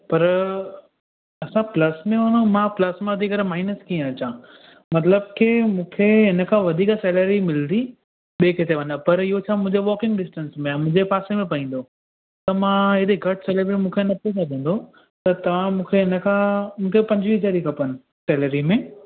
पर असां प्लस में वञू मां प्लस में अची करे माइनस कीअं अचां मतिलबु की मूंखे इनखां वधीक सैलरी मिलंदी ॿिए किथे वञा पर इहो छा मुंहिंजो वॉकिंग डिस्टैंस में आहे मुंहिंजे पासे में पवंदो त मां एॾे घटि सैलरी में मूंखे न थी सघंदो त तव्हां मूंखे हिनखां पंजवीह हज़ार ई खपनि सैलरी में